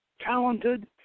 talented